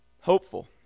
Hopeful